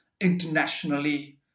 internationally